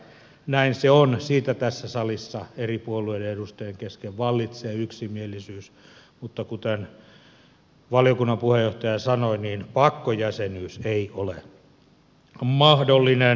näin se on siitä tässä salissa eri puolueiden edustajien kesken vallitsee yksimielisyys mutta kuten valiokunnan puheenjohtaja sanoi niin pakkojäsenyys ei ole mahdollinen